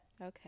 Okay